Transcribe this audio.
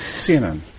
CNN